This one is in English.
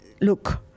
look